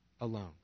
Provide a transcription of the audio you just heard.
alone